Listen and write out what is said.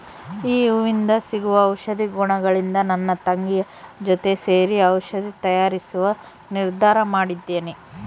ಈ ಹೂವಿಂದ ಸಿಗುವ ಔಷಧಿ ಗುಣಗಳಿಂದ ನನ್ನ ತಂಗಿಯ ಜೊತೆ ಸೇರಿ ಔಷಧಿ ತಯಾರಿಸುವ ನಿರ್ಧಾರ ಮಾಡಿದ್ದೇನೆ